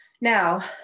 Now